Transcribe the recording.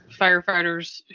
firefighters